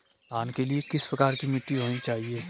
धान के लिए किस प्रकार की मिट्टी होनी चाहिए?